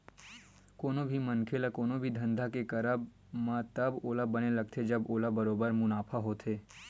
कोनो भी मनखे ल कोनो भी धंधा के करब म तब ओला बने लगथे जब ओला बरोबर मुनाफा होथे